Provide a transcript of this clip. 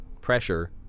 pressure